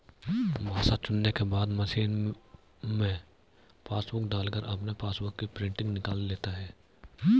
भाषा चुनने के बाद मशीन में पासबुक डालकर अपने पासबुक की प्रिंटिंग निकाल लेता है